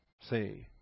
Say